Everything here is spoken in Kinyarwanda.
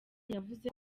yavuze